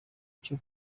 cyo